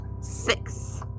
Six